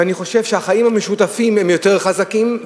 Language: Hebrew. ואני חושב שהחיים המשותפים הם יותר חזקים,